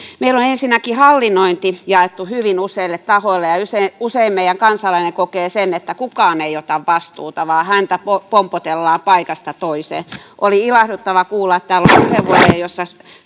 meillä on ensinnäkin hallinnointi jaettu hyvin useille tahoille ja usein meidän kansalainen kokee että kukaan ei ota vastuuta vaan häntä pompotellaan paikasta toiseen oli ilahduttavaa kuulla täällä puheenvuoroja joissa